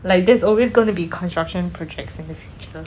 like there's always going to be construction projects in the future